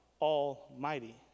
almighty